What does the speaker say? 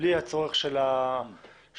בלי הצורך של השלטון,